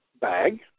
bag